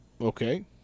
okay